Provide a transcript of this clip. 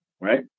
Right